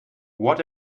what